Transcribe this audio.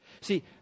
See